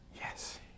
Yes